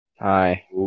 Hi